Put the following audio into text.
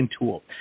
tool